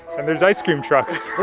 and there's ice cream trucks,